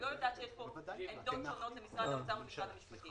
אני לא יודעת שיש פה עמדות שונות למשרד האוצר ולמשרד המשפטים,